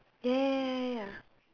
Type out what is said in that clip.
ya ya ya ya